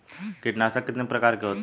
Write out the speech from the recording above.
कीटनाशक कितने प्रकार के होते हैं?